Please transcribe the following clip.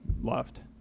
left